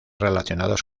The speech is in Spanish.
relacionados